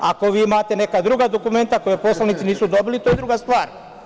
Ako vi imate neka druga dokumenta koja poslanici nisu dobili, to je druga stvar.